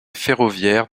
ferroviaire